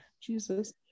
Jesus